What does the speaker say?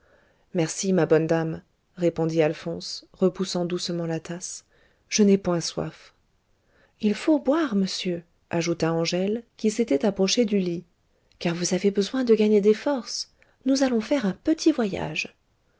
merci ma bonne dame répondit alphonse repoussant doucement la tasse je n'ai point soif il faut boire monsieur ajouta angèle qui s'était approchée du lit car vous avez besoin de gagner des forces nous allons faire un petit voyage